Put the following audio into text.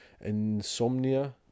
Insomnia